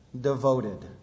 devoted